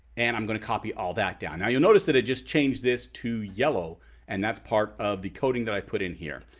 and i'm going to copy all that down. now you'll notice that it just changed this to yellow and that's part of the coding that i put in here.